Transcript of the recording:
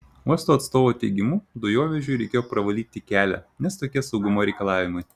uosto atstovų teigimu dujovežiui reikėjo pravalyti kelią nes tokie saugumo reikalavimai